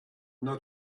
not